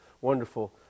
wonderful